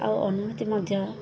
ଆଉ ଅନୁଭୁତି ମଧ୍ୟ